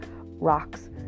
rocks